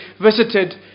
visited